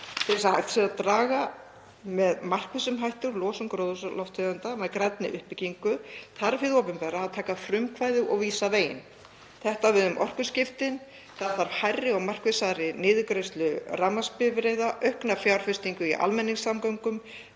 sé að draga með markvissum hætti úr losun gróðurhúsalofttegunda með grænni uppbyggingu þarf hið opinbera að taka frumkvæði og vísa veginn. Þetta á við um orkuskiptin. Það þarf hærri og markvissari niðurgreiðslu rafmagnsbifreiða, aukna fjárfestingu í almenningssamgöngum,